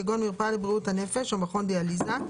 כגון מרפאה לבריאות הנפש או מכון דיאליזה,